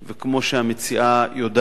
וכמו שהמציעה יודעת,